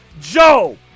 Joe